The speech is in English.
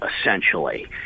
essentially